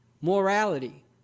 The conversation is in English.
morality